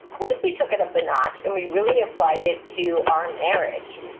what if we took it up a notch, and we really applied it to our marriage?